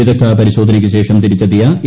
വിദഗ്ദ്ധ പരിശോധനയ്ക്കുശേഷം തിരിച്ചെത്തിയ എ